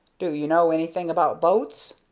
do you know anything about boats?